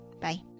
bye